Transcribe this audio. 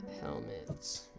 helmets